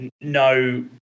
no